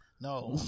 no